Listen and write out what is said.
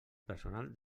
personal